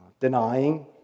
denying